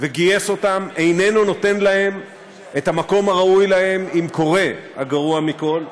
וגייס אותם איננו נותן להן את המקום הראוי להן אם קורה הגרוע מכול.